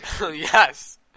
yes